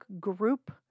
group